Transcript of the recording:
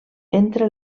entre